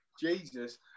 Jesus